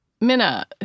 Minna